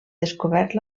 descobert